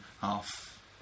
half